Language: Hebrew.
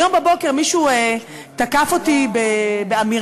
היום בבוקר מישהו תקף אותי באמירה: